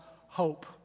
hope